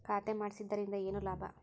ಖಾತೆ ಮಾಡಿಸಿದ್ದರಿಂದ ಏನು ಲಾಭ?